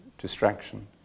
distraction